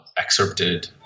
excerpted